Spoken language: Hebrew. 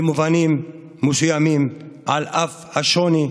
במובנים מסוימים, על אף השוני,